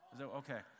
Okay